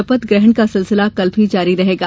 शपथ ग्रहण का सिलसिला कल भी जारी रहेगा